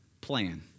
plan